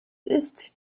ist